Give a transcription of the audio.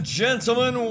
gentlemen